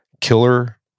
killer